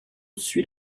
suit